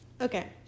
Okay